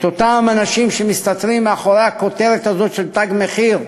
אותם אנשים שמסתתרים מאחורי הכותרת הזאת של "תג מחיר",